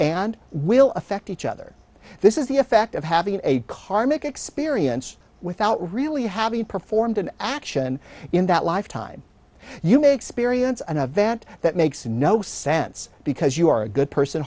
and will affect each other this is the effect of having a karmic experience without really having performed an action in that lifetime you may experience an event that makes no sense because you are a good person